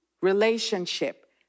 relationship